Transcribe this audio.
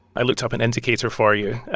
i looked up an indicator for you.